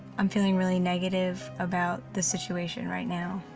i'm feeling really negative about the situation right now,